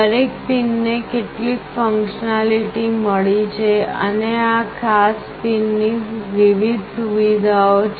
દરેક પિનને કેટલીક ફંક્શનાલીટી મળી છે અને આ ખાસ પિનની વિવિધ સુવિધાઓ છે